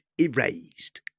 erased